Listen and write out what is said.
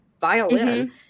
violin